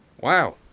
Wow